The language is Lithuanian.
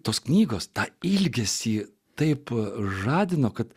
tos knygos tą ilgesį taip žadino kad